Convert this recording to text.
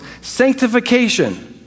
sanctification